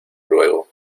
luego